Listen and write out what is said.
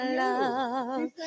love